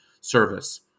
service